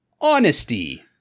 Honesty